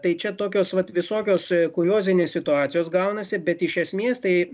tai čia tokios vat visokios kuriozinės situacijos gaunasi bet iš esmės tai